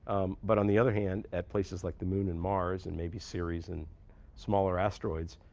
but on the other hand, at places like the moon and mars, and maybe series and smaller asteroids,